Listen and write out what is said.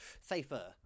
Safer